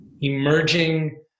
emerging